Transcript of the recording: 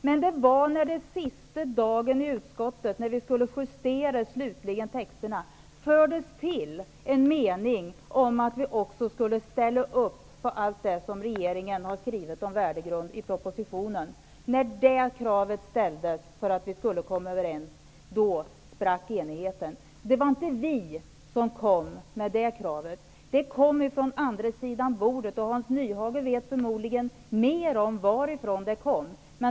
Men sista dagen i utskottet, när vi slutligen skulle justera texterna, då fördes till en mening om att vi också skulle ställa upp på allt det regeringen har skrivit i propositionen om värdegrunden. När det kravet ställdes för att vi skulle komma överens, då sprack enigheten. Det var inte vi som kom med det kravet. Det kom från andra sidan bordet. Hans Nyhage vet förmodligen mer om varifrån det kom.